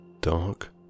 dark